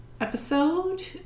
episode